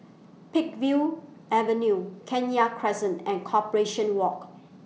Peakville Avenue Kenya Crescent and Corporation Walk